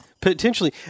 Potentially